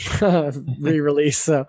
re-release